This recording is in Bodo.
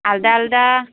आलदा आलदा